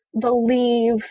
believe